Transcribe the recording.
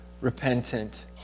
repentant